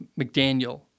McDaniel